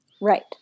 Right